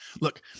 Look